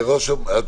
תודה.